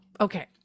okay